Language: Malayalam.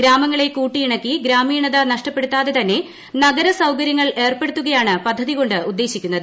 ഗ്രാമങ്ങളെ കൂട്ടിയിണക്കി ഗ്രാമീണത നഷ്ടപ്പെടുത്താതെ തന്നെ നഗരസൌകര്യങ്ങൾ ഏർപ്പെടുത്തുകയാണ് പദ്ധതികൊണ്ട് ഉദ്ദേശിക്കുന്നത്